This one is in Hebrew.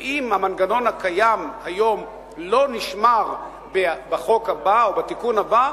ואם המנגנון הקיים היום לא נשמר בחוק הבא או בתיקון הבא,